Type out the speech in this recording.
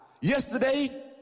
yesterday